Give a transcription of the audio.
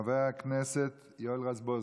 חבר הכנסת יואל רזבוזוב.